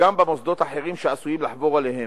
וגם במוסדות אחרים שעשויים לחבור אליהם.